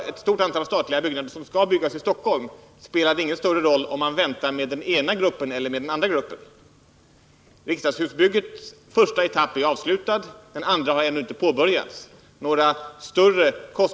Om ett stort antal statliga byggnader skall byggas i Stockholm, spelar det ingen roll om man väntar med den ena gruppen eller med den andra gruppen. Riksdagshusbyggets första etapp är avslutad, den andra har ännu inte påbörjats.